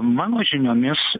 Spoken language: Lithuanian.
mano žiniomis